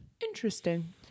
Interesting